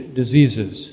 diseases